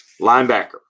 Linebacker